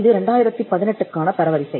இது 2018க்கான தரவரிசை